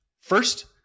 First